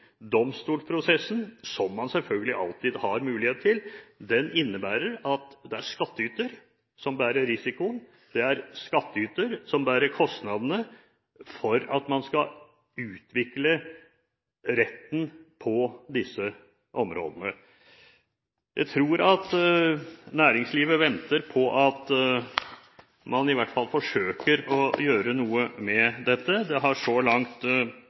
Domstolsprosessen, som man selvfølgelig alltid har mulighet til, innebærer at det er skattyter som bærer risikoen, det er skattyter som bærer kostnadene for at man skal utvikle retten på disse områdene. Jeg tror næringslivet venter på at man i hvert fall forsøker å gjøre noe med dette. Det har